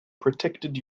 protected